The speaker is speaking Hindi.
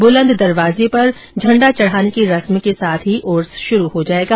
बुलंद दरवाजे पर झेड़ा चढ़ाने की रस्म के साथ ही यह उर्स शुरू हो जाएगा